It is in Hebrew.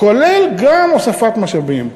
כולל גם הוספת משאבים.